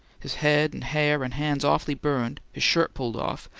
his head and hair and hands awfully burned, his shirt burned off,